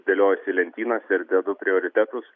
dėliojuosi į lentynas ir dedu prioritetus